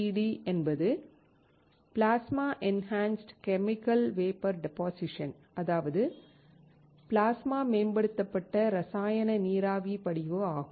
PECVD என்பது Plasma Enhanced Chemical Vapor Deposition அதாவது plasma மேம்படுத்தப்பட்ட இரசாயன நீராவி படிவு ஆகும்